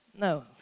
No